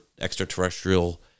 extraterrestrial